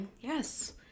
Yes